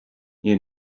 you